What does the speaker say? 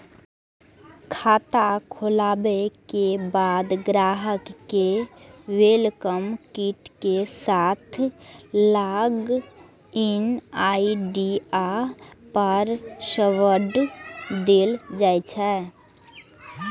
खाता खोलाबे के बाद ग्राहक कें वेलकम किट के साथ लॉग इन आई.डी आ पासवर्ड देल जाइ छै